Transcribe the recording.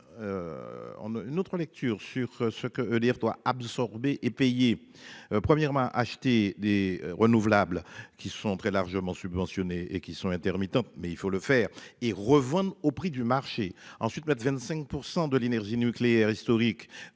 On a une autre lecture sur ce que veut dire toi absorbé et payer. Premièrement, acheter des renouvelables, qui sont très largement subventionné et qui sont intermittents mais il faut le faire et revendent au prix du marché. Ensuite la de 25% de l'énergie nucléaire historique.